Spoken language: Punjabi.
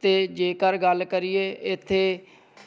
ਅਤੇ ਜੇਕਰ ਗੱਲ ਕਰੀਏ ਇੱਥੇ